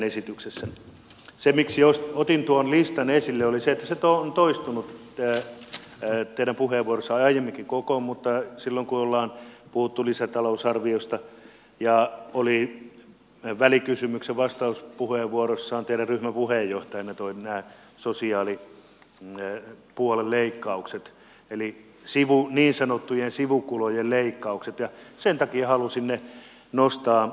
syy siihen miksi otin tuon listan esille oli se että se on toistunut teidän puheenvuoroissanne ja aiemminkin kokon silloin kun ollaan puhuttu lisätalousarviosta ja välikysymyksen vastauspuheenvuorossa teidän ryhmän puheenjohtaja toi nämä sosiaalipuolen leikkaukset eli niin sanottujen sivukulujen leikkaukset ja sen takia halusin ne nostaa esille